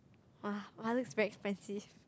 [wah] looks very expensive